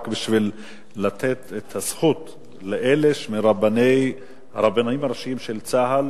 רק בשביל לתת את הזכות לאלה שהיו הרבנים הראשיים של צה"ל